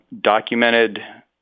documented